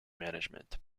management